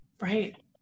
Right